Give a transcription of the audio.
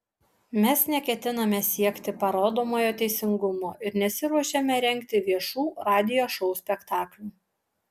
mes neketiname siekti parodomojo teisingumo ir nesiruošiame rengti viešų radijo šou spektaklių